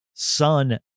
son